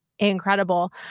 incredible